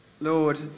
Lord